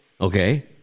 Okay